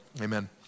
amen